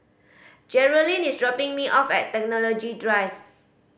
Jerrilyn is dropping me off at Technology Drive